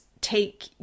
take